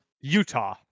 Utah